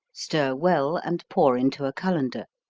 stir well and pour into a colander.